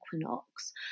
Equinox